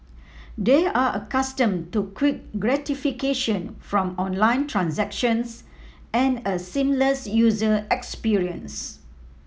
they are accustomed to quick gratification from online transactions and a seamless user experience